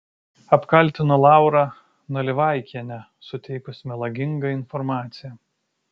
apkaltino laurą nalivaikienę suteikus melagingą informaciją